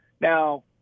Now